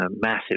massive